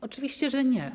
Oczywiście, że nie.